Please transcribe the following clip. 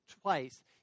twice